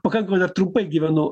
pakankamai dar trumpai gyvenu